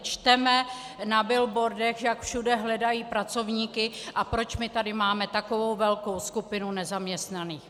Čteme na billboardech, jak všude hledají pracovníky, a proč my tady máme takovou velkou skupinu nezaměstnaných?